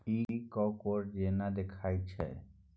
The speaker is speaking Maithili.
इ कॉकोड़ जेना देखाइत छै